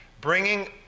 bringing